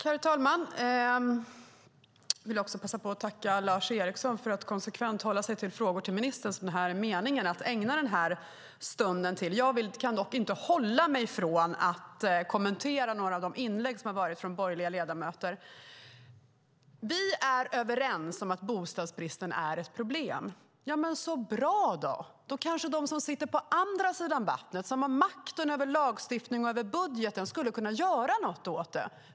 Herr talman! Jag vill passa på att tacka Lars Eriksson för att konsekvent hålla sig till frågor till ministern som det är meningen att ägna den här stunden åt. Jag kan dock inte hålla mig från att kommentera några av de inlägg som har gjorts av borgerliga ledamöter. Vi är överens om att bostadsbristen är ett problem. Men så bra då! Då kanske de som sitter på andra sidan vattnet, som har makten över lagstiftningen och över budgeten, skulle kunna göra något åt det.